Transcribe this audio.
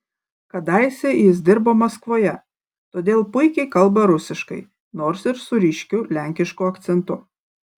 kadaise jis dirbo maskvoje todėl puikiai kalba rusiškai nors ir su ryškiu lenkišku akcentu